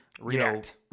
react